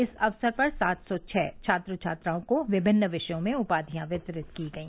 इस अवसर पर सात सौ छह छात्र छात्राओं को विभिन्न विषयों में उपाधियां वितरित की गई